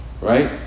right